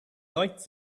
lights